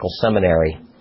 Seminary